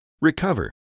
Recover